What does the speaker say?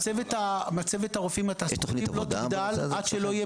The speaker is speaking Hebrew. מצבת הרופאים התעסוקתיים לא תגדל עד שלא יהיה